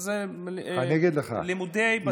זה לימודי בסיס.